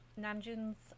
namjoon's